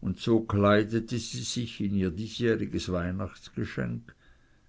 und so kleidete sie sich in ihr diesjähriges weihnachtsgeschenk